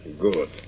Good